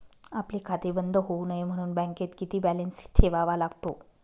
आपले खाते बंद होऊ नये म्हणून बँकेत किती बॅलन्स ठेवावा लागतो?